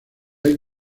hay